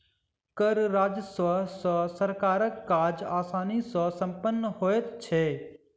कर राजस्व सॅ सरकारक काज आसानी सॅ सम्पन्न होइत छै